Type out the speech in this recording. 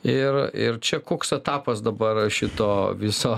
ir ir čia koks etapas dabar šito viso